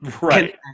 right